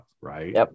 Right